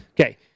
Okay